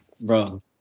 Bro